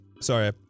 sorry